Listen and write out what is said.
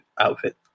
outfit